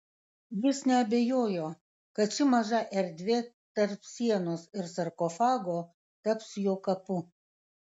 jis neabejojo kad ši maža erdvė tarp sienos ir sarkofago taps jo kapu